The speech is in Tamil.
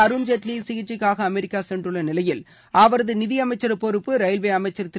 அருண் ஜேட்வி சிகிச்சைக்காக அமெரிக்கா சென்றுள்ள நிலையில் அவரது நிதியமைச்சா் பொறுப்பு ரயில்வே அமைச்சா் திரு